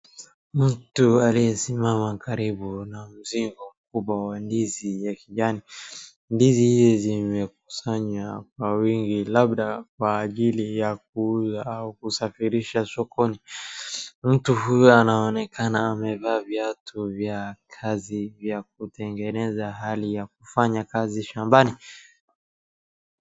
Mtu aliyesimama karibu na mzigo mkubwa wa ndizi ya kijani. Ndizi hizi zimekusanhwa kwa wingi labda kwa ajili ya kuuza au kusafirisha sokoni. Mtu huyu anaonekana amevaa viatu vya kazi vya kutengeneza hali ya kufanya kazi shambani.